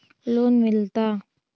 Loan मिलता?